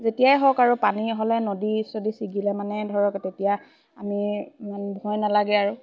যেতিয়াই হওক আৰু পানী হ'লে নদী যদি ছিগিলে মানে ধৰক তেতিয়া আমি মান ভয় নালাগে আৰু